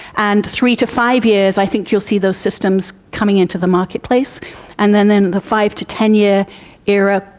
and three to five years i think you will see those systems coming into the marketplace and then in the five to ten year era,